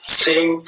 sing